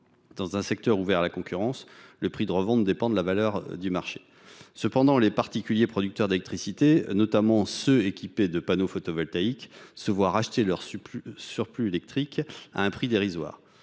Dans un secteur ouvert à la concurrence, le prix de revente dépend de la valeur du marché. Pourtant, les particuliers producteurs d’électricité, notamment ceux qui sont équipés de panneaux photovoltaïques, se voient racheter leur surplus électrique à un prix dérisoire.